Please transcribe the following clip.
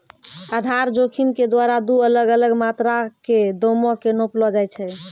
आधार जोखिम के द्वारा दु अलग अलग मात्रा के दामो के नापलो जाय छै